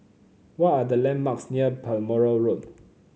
what are the landmarks near Balmoral Road